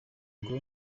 ngo